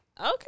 Okay